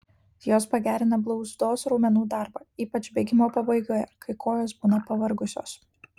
jos pagerina blauzdos raumenų darbą ypač bėgimo pabaigoje kai kojos būna pavargusios